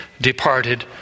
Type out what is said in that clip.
departed